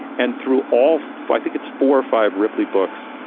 and through all four, i think it's four or five. ripley books,